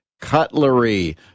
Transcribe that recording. cutlery